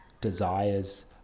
desires